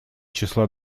числа